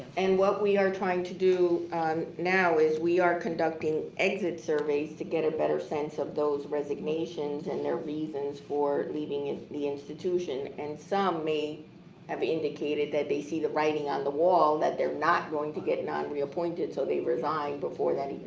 and what we are trying to do now is we are conducting exit surveys to get a better sense of those resignations and their reasons for leaving the institution. and some may have indicated that they see the writing on the wall that they're not going to get non-reappointed, so they resigned before that